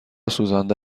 سوزانده